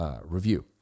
review